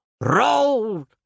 roll